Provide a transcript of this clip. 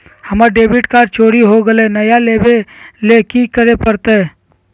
हमर debit card चोरी हो गेले हई, नया लेवे ल की करे पड़तई?